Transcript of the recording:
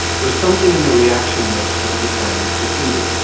where something in the reaction mix has become depleted,